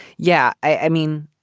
yeah. i mean,